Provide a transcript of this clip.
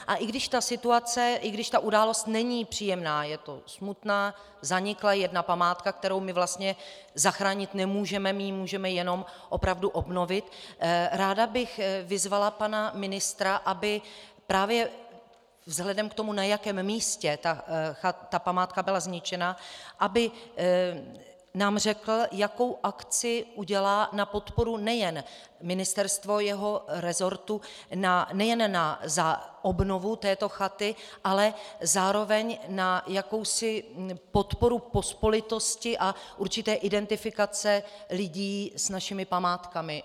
A i když ta situace, ta událost není příjemná, je smutná, zanikla jedna památka, kterou my vlastně zachránit nemůžeme, my ji můžeme jenom opravdu obnovit, ráda bych vyzvala pana ministra, aby nám právě vzhledem k tomu, na jakém místě ta památka byla zničená, řekl, jakou akci udělá na podporu nejen ministerstvo jeho resortu nejen za obnovu této chaty, ale zároveň na jakousi podporu pospolitosti a určité identifikace lidí s našimi památkami.